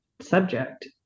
subject